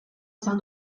izan